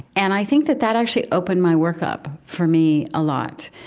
and i think that that actually opened my work up for me a lot,